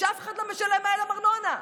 שאף אחד לא משלם עליהם ארנונה.